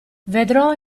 vedrò